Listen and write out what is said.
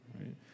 right